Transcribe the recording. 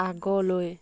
আগলৈ